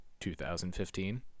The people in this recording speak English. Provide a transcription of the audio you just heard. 2015